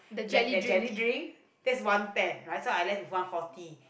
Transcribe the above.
that that jelly drink that's one ten right so I left with one fourty